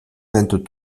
vingt